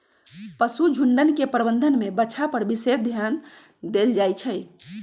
पशुझुण्ड के प्रबंधन में बछा पर विशेष ध्यान देल जाइ छइ